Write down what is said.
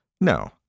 No